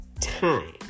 Time